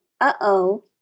uh-oh